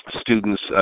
Students